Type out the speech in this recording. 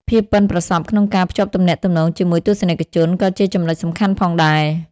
ភាពប៉ិនប្រសប់ក្នុងការភ្ជាប់ទំនាក់ទំនងជាមួយទស្សនិកជនក៏ជាចំណុចសំខាន់ផងដែរ។